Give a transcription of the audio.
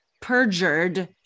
perjured